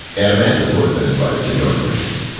adeimantus would've been invited to join the regime.